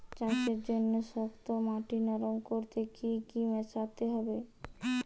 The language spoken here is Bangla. চাষের জন্য শক্ত মাটি নরম করতে কি কি মেশাতে হবে?